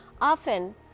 often